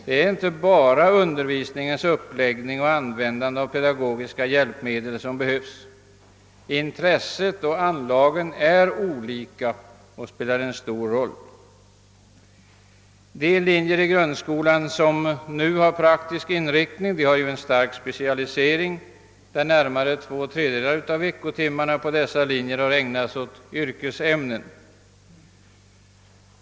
Det är inte bara undervisningens uppläggning och användandet av pedagogiska hjälpmedel som har betydelse; intresset och anlagen är olika och spelar en stor roll. De linjer i grundskolan som nu har praktisk inriktning är starkt specialiserade. Närmare två tredjedelar av antalet veckotimmar på dessa linjer ägnas åt yrkesämnen.